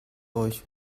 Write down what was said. euch